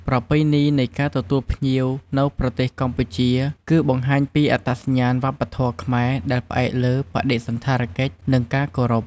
ប្រពៃណីនៃការទទួលភ្ញៀវនៅប្រទេសកម្ពុជា គឺ បង្ហាញពីអត្តសញ្ញាណវប្បធម៌ខ្មែរដែលផ្អែកលើ បដិសណ្ឋារកិច្ច និងការគោរព។